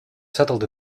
settled